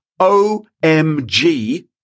OMG